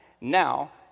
Now